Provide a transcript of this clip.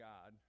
God